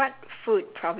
okay